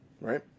right